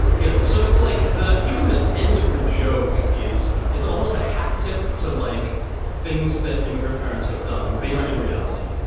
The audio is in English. you know so it's like the even the end of the joke is it's almost a hat tip to like things that immigrant parents have done based in reality.